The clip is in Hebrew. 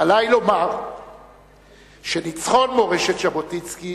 עלי לומר שניצחון מורשת ז'בוטינסקי